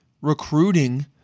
recruiting